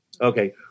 Okay